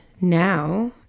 now